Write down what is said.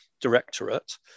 directorate